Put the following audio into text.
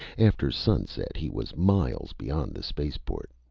after sunset he was miles beyond the spaceport.